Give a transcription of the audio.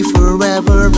Forever